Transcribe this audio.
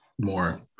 more